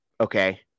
Okay